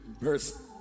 verse